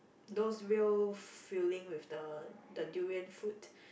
those real feeling with the the durian foods